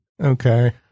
Okay